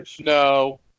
No